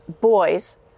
boys